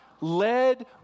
led